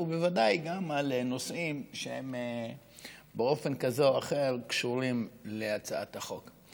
ובוודאי גם על נושאים שבאופן כזה או אחר קשורים להצעת החוק.